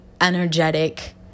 energetic